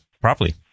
properly